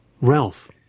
Ralph